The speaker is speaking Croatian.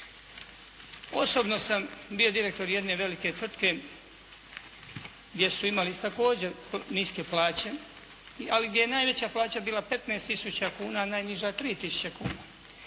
Osobno sam bio direktor jedne velike tvrtke gdje su imali također niske plaće ali gdje je najveća plaća bila 15 tisuća kuna a najniža 3 tisuće kuna.